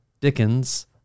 Dickens